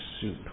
soup